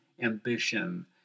ambition